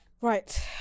Right